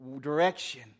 direction